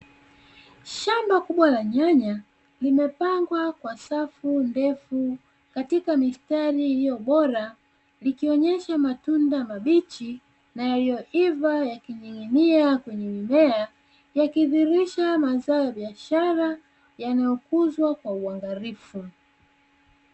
Shamba kubwa la nyanya, limepangwa kwa safu ndefu katika mistari iliyo bora, likionyesha matunda mabichi na yaliyoiva yakining'inia kwenye mimea. Yakidhihirisha mazao ya biashara yanayokuzwa kwa uangalifu.